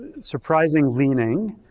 surprisingly leaning